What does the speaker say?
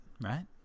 Right